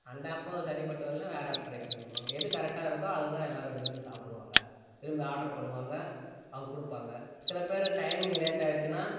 அந்த ஆப்பு சரிப்பட்டு வரலன்னா வேற ஆப்பு ட்ரை பண்ணி பார்ப்பாங்க எது கரெக்டாக இருக்கோ அதுதான் எல்லோரும் விரும்பி சாப்புடுவாங்க விரும்பி ஆட்ரு பண்ணுவாங்க அவங்க கொடுப்பாங்க சில பேர் டைமிங் லேட்டாகிடுச்சினா